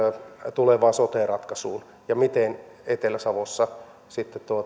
tulevaan sote ratkaisuun ja siihen miten etelä savossa sitten